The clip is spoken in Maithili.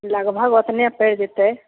लगभग ओतने पैड़ि जेतै